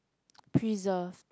preserve